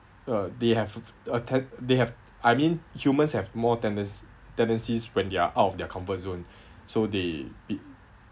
uh they have f~ f~ they have I mean humans have more tenden~ tendencies when they're out of their comfort zone so they be